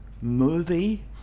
movie